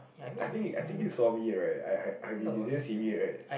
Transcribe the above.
I think he I think he saw me right I mean he didn't see me right